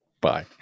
Bye